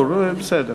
ברור, בסדר.